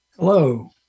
Hello